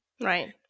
Right